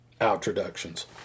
introductions